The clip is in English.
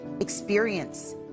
experience